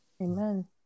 Amen